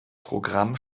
programm